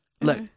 look